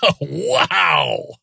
Wow